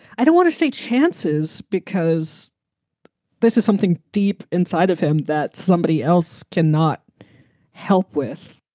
i don't want to say chances because this is something deep inside of him that somebody else cannot help with.